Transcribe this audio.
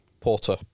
Porter